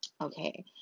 okay